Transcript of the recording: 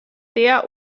der